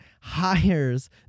hires